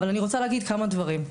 אבל אני רוצה להגיד כמה דברים.